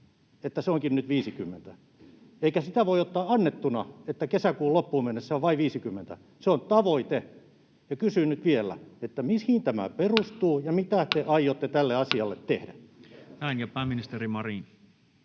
että se onkin nyt 50, eikä sitä voi ottaa annettuna, että kesäkuun loppuun mennessä se on vain 50. Se on tavoite, ja kysyn nyt vielä, mihin tämä perustuu ja mitä te aiotte tälle asialle tehdä. [Speech 95] Speaker: Toinen